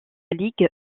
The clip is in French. ligue